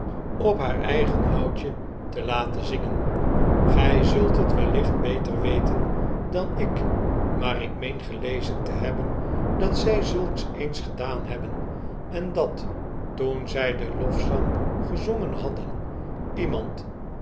op haar eigen houtje te laten zingen gij zult t wellicht beter weten dan ik maar ik meen gelezen te hebben dat zij zulks eens gedaan hebben en dat toen zij den lofzang gezongen hadden iemand